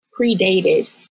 predated